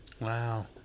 Wow